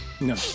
No